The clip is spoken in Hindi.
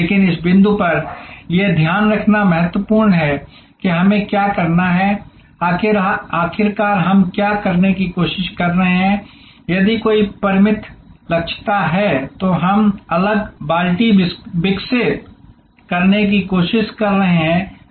लेकिन इस बिंदु पर यह ध्यान रखना महत्वपूर्ण है कि हमें क्या करना है आखिरकार हम क्या करने की कोशिश कर रहे हैं यदि कोई परिमित क्षमता है तो हम अलग बाल्टी विकसित करने की कोशिश कर रहे हैं